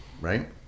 right